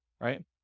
right